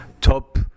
top